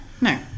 no